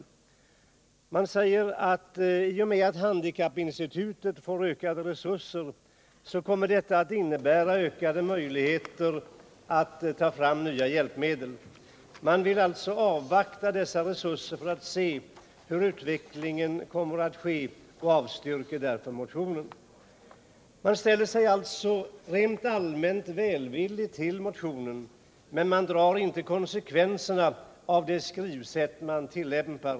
pade Utskottet säger att i och med att handikappinstitutet får ökade resurser kommer det att finnas ökade möjligheter att ta fram nya hjälpmedel. Utskottet vill avvakta dessa ökade resurser för att se hur utvecklingen kommer att bli och avstyrker därför motionen. Utskottet ställer sig rent allmänt välvilligt till motionen men drar inte konsekvenserna av sitt skrivsätt.